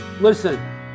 Listen